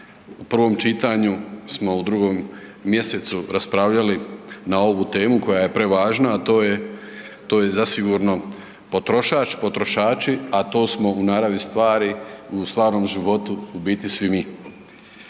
u prvom čitanju smo u 2. mjesecu raspravljali na ovu temu koja je prevažna, a to je, to je zasigurno potrošač, potrošači, a to smo u naravi stvari, u stvarnom životu u biti svi mi.